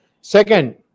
Second